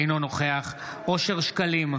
אינו נוכח אושר שקלים,